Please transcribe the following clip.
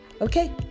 Okay